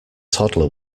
toddler